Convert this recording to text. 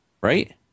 right